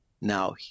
now